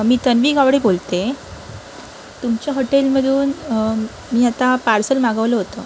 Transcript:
मी तन्वी गावडे बोलते तुमच्या हॉटेलमधून मी आता पार्सल मागवलं होतं